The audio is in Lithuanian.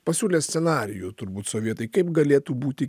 pasiūlė scenarijų turbūt sovietai kaip galėtų būti